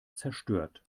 zerstört